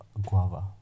Guava